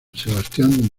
sebastián